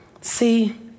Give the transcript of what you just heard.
See